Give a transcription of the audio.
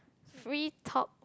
free top